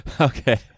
Okay